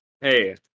Hey